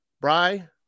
Bry